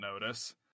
notice